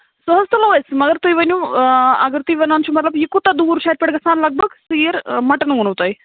سُہ حظ تُلو أسۍ مَگر تُہۍ ؤنِو اَگر تُہۍ وَنان چھِو مطلب یہِ کوٗتاہ دوٗر چھُ اَتہِ پٮ۪ٹھ گژھان لَگ بگ سیٖر مَٹن ووٚنوٕ تۄہہِ